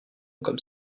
comme